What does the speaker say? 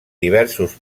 diversos